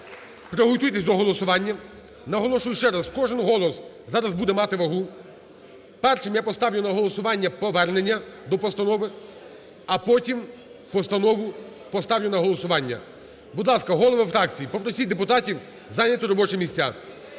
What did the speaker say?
приготуйтесь до голосування. Наголошую ще раз: кожен голос зараз буде мати вагу. Першим я поставлю на голосування повернення до постанови, а потім постанову поставлю на голосування. Будь ласка, голови фракцій, попросіть депутатів зайняти робочі місця.